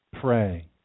pray